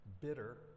bitter